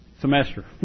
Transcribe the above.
semester